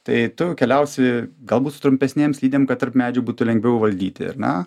tai tu keliausi galbūt su trumpesnėm slidėm kad tarp medžių būtų lengviau valdyt ar ne